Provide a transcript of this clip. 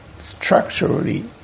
structurally